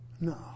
No